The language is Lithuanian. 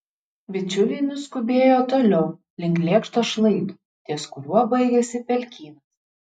bičiuliai nuskubėjo toliau link lėkšto šlaito ties kuriuo baigėsi pelkynas